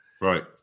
Right